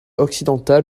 occidental